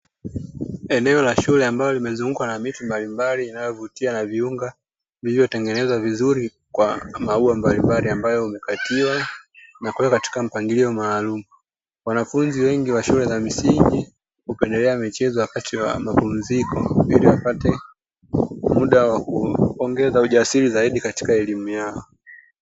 Eneo la shule ambalo limezungukwa na miti mbalimbali inayovutia na viunga viliyo tengenezwa vizuri kwa maua mbalimbali ambayo hukatiwa na kuwekwa katika mpangilio maalum. Wanafunzi wengi wa shule za msingi hukendelea michezo wakati wa mapumziko ili wapate muda wa kuongeza ujasiri zaidi katika elimu yao.